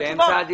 אני